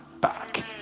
back